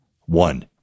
one